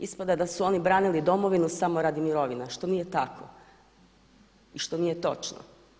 Ispada da su oni branili domovinu samo radi mirovina što nije tako i što nije točno.